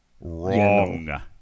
Wrong